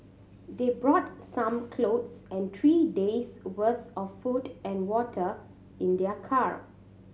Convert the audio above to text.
they brought some clothes and three days' worth of food and water in their car